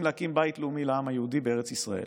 להקים בית לאומי לעם היהודי בארץ ישראל